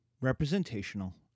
representational